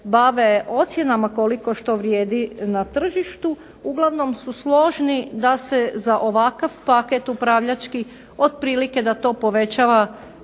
bave ocjenama koliko što vrijedi na tržištu uglavnom su složni da se za ovakav paket upravljački otprilike da to povećava